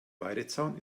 weidezaun